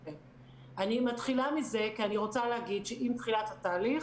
אני מתחילה מזה כי אני רוצה להגיד שעם תחילת התהליך